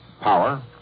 power